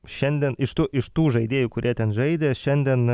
šiandien iš tų iš tų žaidėjų kurie ten žaidė šiandien